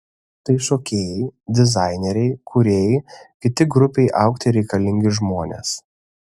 tai šokėjai dizaineriai kūrėjai kiti grupei augti reikalingi žmonės